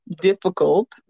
difficult